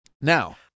Now